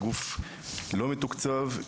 הוא גוף לא מתוקצב.